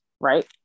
Right